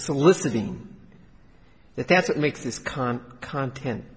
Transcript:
soliciting that that's what makes this con content